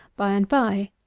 by-and-by.